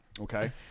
Okay